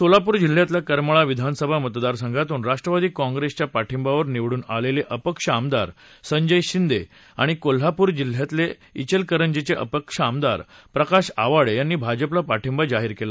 सोलापूर जिल्ह्यातल्या करमाळा विधानसभा मतदारसंघातून राष्ट्रवादी काँग्रेसच्या पाठिंव्यावर निवडून आलेले अपक्ष आमदार संजय शिंदे आणि कोल्हापूर जिल्ह्यातले चिलकरंजीचे अपक्ष आमदार प्रकाश आवाडे यांनी भाजपला पाठिंबा जाहीर केला